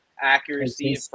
accuracy